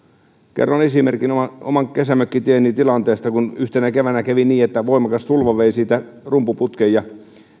kerron esimerkin oman kesämökkitieni tilanteesta kun yhtenä keväänä kävi niin että voimakas tulva vei siitä rumpuputken